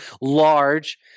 large